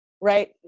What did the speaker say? right